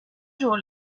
jour